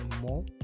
more